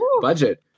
budget